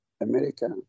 America